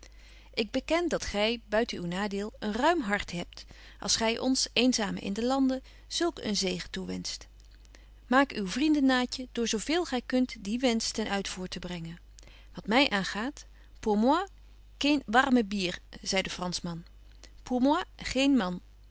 burgerhart ken dat gy buiten uw nadeel een ruim hart hebt als gy ons eenzamen in den lande zulk een zegen toewenscht maak u vrienden naatje door zo veel gy kunt dien wensch ten uitvoer te brengen wat my aangaat pour moi keen warme bier zei de franschman pour moi geen man